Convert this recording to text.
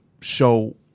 show